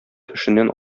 эшеннән